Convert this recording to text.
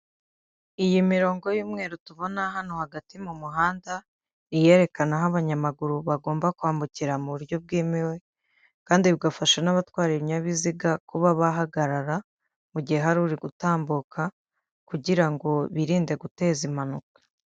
Iyi mirongo y'umweru tubona hano hagati mu muhanda, ni iyerekana aho abanyamaguru bagomba kwambukira mu buryo bwemewe kandi bigafasha n'abatwara ibinyabiziga kuba bahagarara mu mugihe hari uri gutambuka kugirango birinde guteza impanuka.